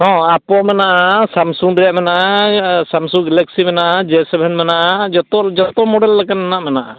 ᱦᱮᱸ ᱳᱯᱳ ᱢᱮᱱᱟᱜᱼᱟ ᱥᱟᱢᱥᱩᱝ ᱨᱮᱱᱟᱜ ᱢᱮᱱᱟᱜᱼᱟ ᱥᱟᱢᱥᱩᱝ ᱜᱮᱞᱟᱠᱥᱤ ᱢᱮᱱᱟᱜᱼᱟ ᱡᱮ ᱥᱮᱵᱷᱮᱱ ᱢᱮᱱᱟᱜᱼᱟ ᱡᱚᱛᱚ ᱡᱚᱛᱚ ᱢᱳᱰᱮᱞ ᱞᱮᱠᱟᱱᱟᱜ ᱢᱮᱱᱟᱜᱼᱟ